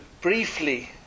briefly